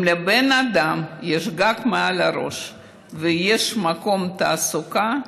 אם לבן אדם יש גג מעל הראש ויש מקום תעסוקה,